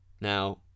Now